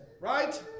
right